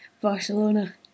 Barcelona